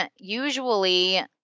usually